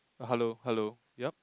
hello hello yup